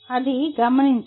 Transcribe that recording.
అది గమనించాలి